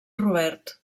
robert